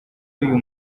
uyu